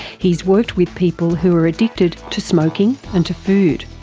he's worked with people who are addicted to smoking and to food.